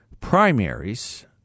primaries